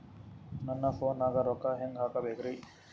ನನ್ನ ಫೋನ್ ನಾಗ ರೊಕ್ಕ ಹೆಂಗ ಹಾಕ ಬೇಕ್ರಿ?